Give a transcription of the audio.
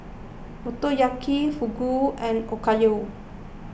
Motoyaki Fugu and Okayu